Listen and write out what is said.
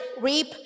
reap